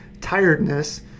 tiredness